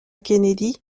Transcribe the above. kennedy